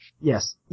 Yes